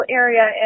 area